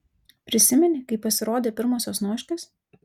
prisimeni kai pasirodė pirmosios noškės